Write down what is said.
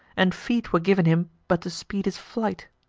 and feet were giv'n him but to speed his flight.